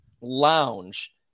Lounge